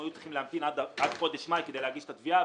הם היו צריכים להמתין עד חודש מאי כדי להגיש את התביעה,